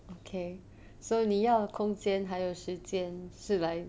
okay so 你要空间还有时间是来